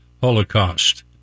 Holocaust